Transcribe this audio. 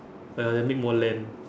ya then make more land